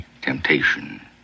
temptation